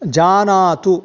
जानातु